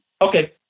Okay